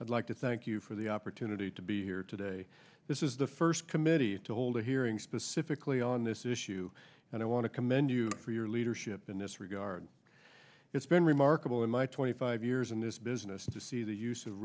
i'd like to thank you for the opportunity to be here today this is the first committee to hold a hearing specifically on this issue and i want to commend you for your leadership in this regard it's been remarkable in my twenty five years in this business to see the use of